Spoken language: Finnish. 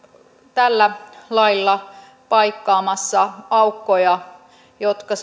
tällä lailla paikkaamassa aukkoja jotka